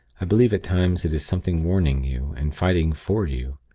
i believe at times it is something warning you, and fighting for you.